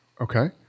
Okay